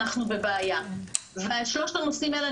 אנחנו בבעיה ועל שלושת הנושאים האלה,